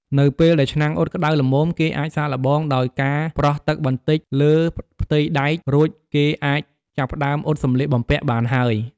នៅពេលដែលឆ្នាំងអ៊ុតក្តៅល្មម គេអាចសាកល្បងដោយការប្រោះទឹកបន្តិចលើផ្ទៃដែក រួចគេអាចចាប់ផ្តើមអ៊ុតសម្លៀកបំពាក់បានហើយ។